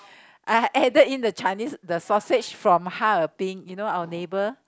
I added in the Chinese the sausage from Harbin you know our neighbour